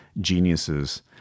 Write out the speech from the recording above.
geniuses